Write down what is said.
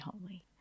holy